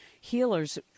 healers